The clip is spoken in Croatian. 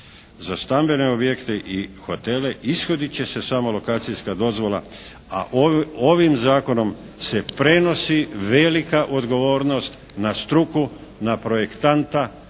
Za stambene objekte i hotele ishodit će se samo lokacijska dozvola, a ovim Zakonom se prenosi velika odgovornost na struku, na projektanta,